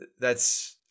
That's-